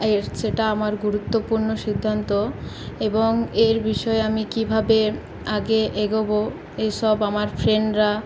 এর সেটা আমার গুরুত্বপূর্ণ সিদ্ধান্ত এবং এর বিষয়ে আমি কীভাবে আগে এগোব এসব আমার ফ্রেন্ডরা